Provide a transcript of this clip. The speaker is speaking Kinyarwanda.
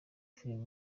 filime